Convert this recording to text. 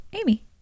Amy